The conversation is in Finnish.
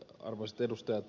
arvoisat edustajat